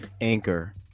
anchor